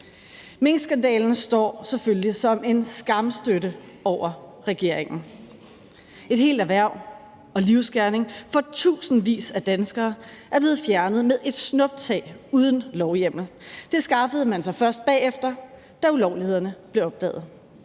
Minkskandalen står selvfølgelig som en skamstøtte over regeringen. Et helt erhverv og en livsgerning for tusindvis af danskere er blevet fjernet med et snuptag uden lovhjemmel. Det skaffede man sig først bagefter, da ulovlighederne blev opdaget,